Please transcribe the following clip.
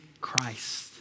Christ